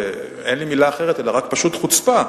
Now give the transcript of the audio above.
אין לי מלה אחרת אלא רק פשוט בחוצפה,